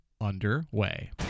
underway